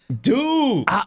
dude